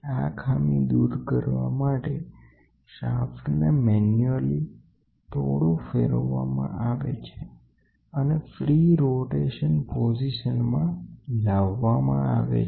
આ ખામી દૂર કરવા માટે સાફ્ટને મેન્યુઅલી થોડો ફેરવવામાં આવે છે અને મુક્ત ફરતી પોઝિશનમાં લાવવામાં આવે છે